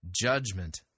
judgment